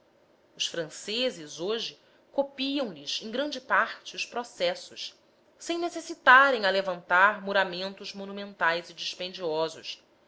os franceses hoje copiam lhe em grande parte os processos sem necessitarem alevantar muramentos monumentais e dispendiosos